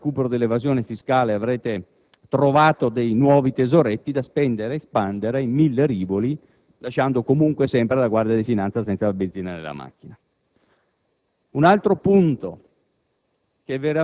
felici andrete a dire che, grazie al recupero dell'evasione fiscale, avrete trovato nuovi tesoretti da spendere e spandere in mille rivoli, lasciando comunque la Guardia di finanza sempre senza la benzina